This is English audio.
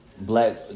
black